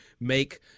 make